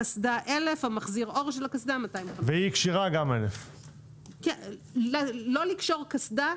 הקסדה 1,000 ומחזיר האור של הקסדה 250. ואי קשירה גם 1.000. לא לקשור קסדה,